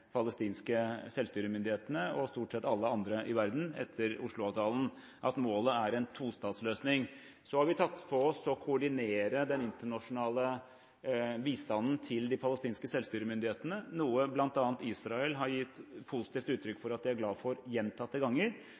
palestinske selvstyremyndighetene og stort sett alle andre i verden etter Oslo-avtalen, at målet er en tostatsløsning. Så har vi har påtatt oss å koordinere den internasjonale bistanden til de palestinske selvstyremyndighetene, noe bl.a. Israel gjentatte ganger har uttrykt at de er glad for.